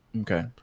okay